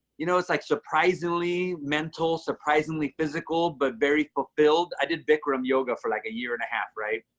you know, it's like surprisingly mental, surprisingly physical, but very fulfilled. i did bikram yoga for, like, a year and a half right?